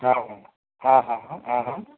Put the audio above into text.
હા હોં હા હા હા હા હા